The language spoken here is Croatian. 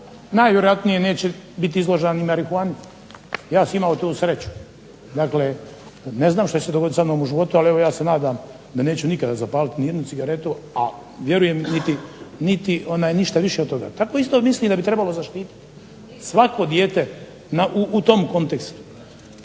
najvjerojatnije neće biti izložena ni marihuani. Ja sam imao tu sreću. Dakle, ne znam što će se dogoditi sa mnom u životu, ali evo ja se nadam da neću nikada zapaliti nijednu cigaretu, a vjerujem niti ništa više od toga. Tako isto mislim da bi trebalo zaštiti svako dijete u tom kontekstu.